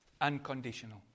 Unconditional